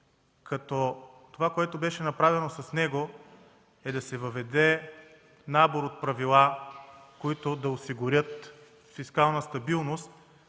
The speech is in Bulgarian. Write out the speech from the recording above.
като това, което беше направено с него, е да се въведе набор от правила, които да осигурят фискална стабилност.